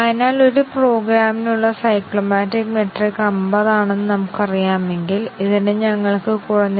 അതിനാൽ ഈ സത്യ മൂല്യങ്ങളിലേക്ക് സജ്ജമാക്കിയ ടെസ്റ്റ് കേസുകളാണ് MCDC കവറേജ് നേടുന്നത്